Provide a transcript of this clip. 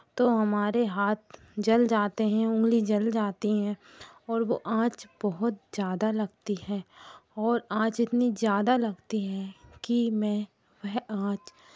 तो हमारे हाथ जल जाते हैं उंगली जल जाती है और वो आंच बहुत ज़्यादा लगती है और आंच इतनी ज़्यादा लगती है कि मैं वह आंच